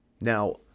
Now